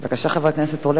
בבקשה.